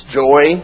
joy